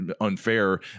unfair